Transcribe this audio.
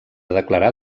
declarar